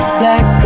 black